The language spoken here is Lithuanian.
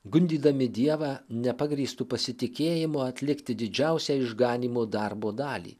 gundydami dievą nepagrįstu pasitikėjimu atlikti didžiausią išganymo darbo dalį